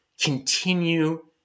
continue